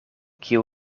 kiu